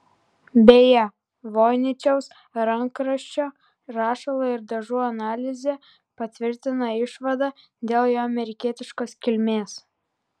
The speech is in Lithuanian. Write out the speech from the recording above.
beje voiničiaus rankraščio rašalo ir dažų analizė patvirtina išvadą dėl jo amerikietiškos kilmės